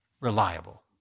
reliable